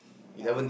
!wah!